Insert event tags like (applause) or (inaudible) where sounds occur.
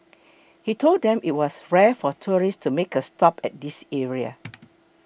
he told them that it was rare for tourists to make a stop at this area (noise)